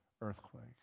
earthquake